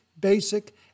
basic